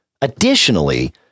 additionally